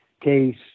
case